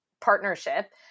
partnership